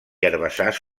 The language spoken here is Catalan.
herbassars